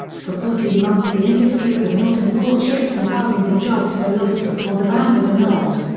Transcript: for fourteen months the industry could not import ships and thousands of jobs were lost before the ban was annulled.